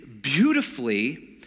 beautifully